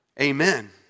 Amen